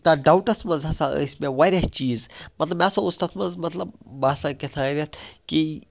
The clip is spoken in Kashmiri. تَتھ ڈاوُٹَس منٛز ہَسا ٲسۍ مےٚ واریاہ چیٖز مطلب مےٚ ہَسا اوس تَتھ منٛز مطلب بہٕ ہَسا کٮ۪تھانٮ۪تھ کہِ